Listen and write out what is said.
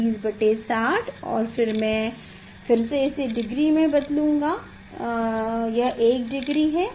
20 बटे 60 और फिर मैं फिर से डिग्री में बदलूंगा यह एक डिग्री है